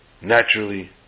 naturally